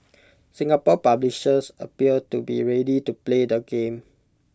Singapore publishers appear to be ready to play the game